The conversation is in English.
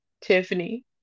Tiffany